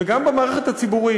וגם במערכת הציבורית,